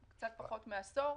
"קלפרס",